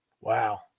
Wow